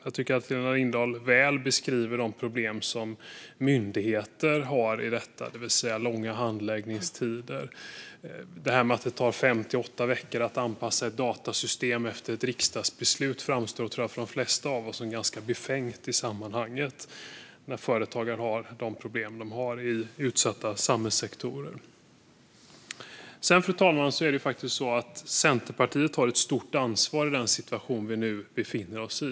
Jag tycker att Helena Lindahl väl beskriver de problem som myndigheterna har här, det vill säga långa handläggningstider. Att det tar fem till åtta veckor att anpassa ett datasystem efter ett riksdagsbeslut tror jag för de flesta av oss framstår som ganska befängt i sammanhanget, när företagare har de problem de har i utsatta samhällssektorer. Sedan, fru talman, har Centerpartiet ett stort ansvar i den situation som vi nu befinner oss i.